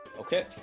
Okay